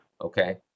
Okay